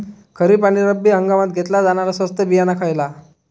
खरीप आणि रब्बी हंगामात घेतला जाणारा स्वस्त बियाणा खयला?